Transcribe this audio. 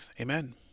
Amen